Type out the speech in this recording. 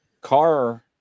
car